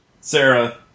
Sarah